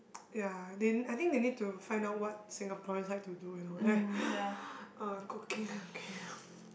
ya then I think they need to find out what Singaporeans like to do you know like uh cooking okay